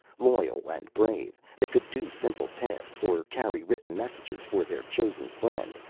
loyal and brave, they could do simple tasks or carry written messages for their chosen friend,